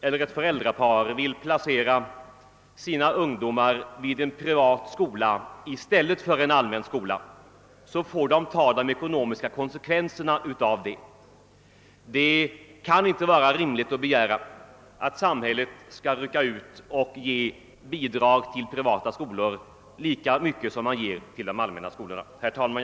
Om två föräldrar vill placera sina barn vid en privat i stället för en allmän skola, så får de ta de ekonomiska konsekvenserna härav. Det kan inte vara rimligt att begära att samhället skall träda till och ge lika mycket bidrag till privata skolor som till de allmänna skolorna. Herr talman!